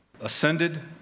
ascended